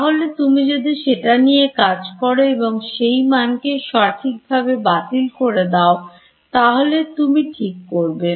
তাহলে তুমি যদি সেটা নিয়ে কাজ করো এবং সেই মানকে সঠিকভাবে বাতিল করে দাও তাহলে তুমি ঠিক করবে